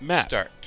Start